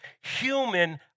human